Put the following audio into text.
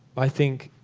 i think